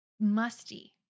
musty